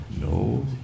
No